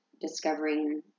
discovering